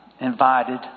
invited